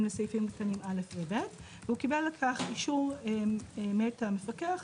לסעיפים קטנים (א) ו-(ב); (2) הוא קיבל לכך אישור מאת המפקח,